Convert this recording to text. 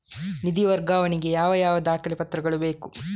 ನಿಧಿ ವರ್ಗಾವಣೆ ಗೆ ಯಾವ ಯಾವ ದಾಖಲೆ ಪತ್ರಗಳು ಬೇಕು?